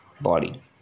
body